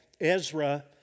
Ezra